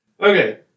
Okay